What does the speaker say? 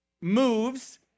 moves